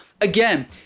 Again